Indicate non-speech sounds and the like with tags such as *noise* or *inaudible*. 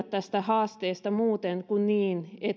*unintelligible* tästä haasteesta muuten kuin niin että